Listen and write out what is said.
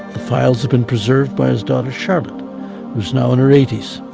the files has been preserved by his daughter charlotte who is now in her eighties.